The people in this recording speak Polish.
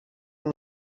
mną